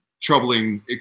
troubling